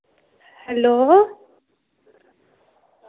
hello